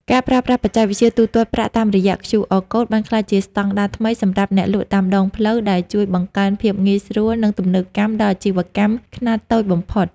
ការប្រើប្រាស់បច្ចេកវិទ្យាទូទាត់ប្រាក់តាមរយៈQR Code បានក្លាយជាស្តង់ដារថ្មីសម្រាប់អ្នកលក់តាមដងផ្លូវ ដែលជួយបង្កើនភាពងាយស្រួល និងទំនើបកម្មដល់អាជីវកម្មខ្នាតតូចបំផុត។